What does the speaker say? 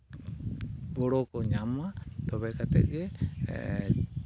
ᱜᱚᱲᱚ ᱠᱚ ᱧᱟᱢ ᱢᱟ ᱛᱚᱵᱮ ᱠᱟᱛᱮᱫ ᱜᱮ